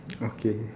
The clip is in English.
okay